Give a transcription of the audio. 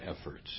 efforts